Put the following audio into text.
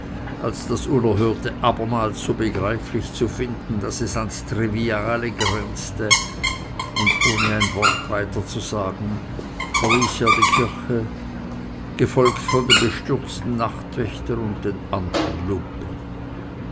als das unerhörte abermals so begreiflich zu finden daß es ans triviale grenzte und ohne ein wort weiter zu sagen verließ er die kirche gefolgt von dem bestürzten nachtwächter und den andern lumpen